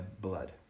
blood